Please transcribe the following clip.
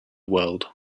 world